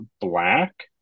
Black